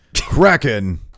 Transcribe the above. Kraken